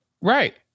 right